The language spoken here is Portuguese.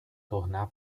tornar